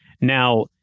Now